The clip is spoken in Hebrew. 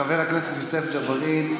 חבר הכנסת יוסף ג'בארין,